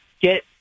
get